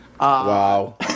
Wow